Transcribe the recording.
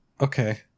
Okay